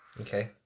Okay